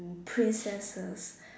princesses